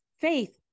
faith